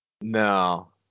No